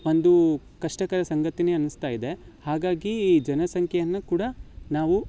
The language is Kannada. ಒಂದು ಕಷ್ಟಕರ ಸಂಗತಿಯೇ ಅನಿಸ್ತಾ ಇದೆ ಹಾಗಾಗಿ ಜನಸಂಖ್ಯೆಯನ್ನ ಕೂಡ ನಾವು